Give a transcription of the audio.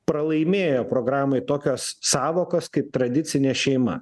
pralaimėjo programoj tokios sąvokos kaip tradicinė šeima